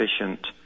efficient